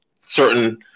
certain